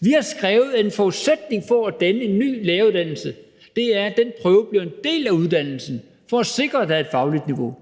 Vi har skrevet, at en forudsætning for at danne en ny læreruddannelse er, at den prøve bliver en del af uddannelsen for at sikre, at der er et fagligt niveau